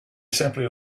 simply